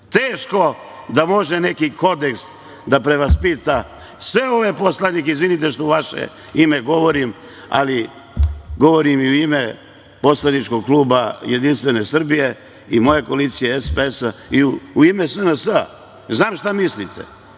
Teško da može neki kodeks da prevaspita sve ove poslanike, izvinite što u vaše ime govorim, ali govorim i u ime poslaničkog kluba JS i moje koalicije SPS i u ime SNS-a, znam šta mislite.